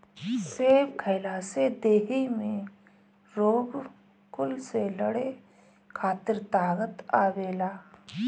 सेब खइला से देहि में रोग कुल से लड़े खातिर ताकत आवेला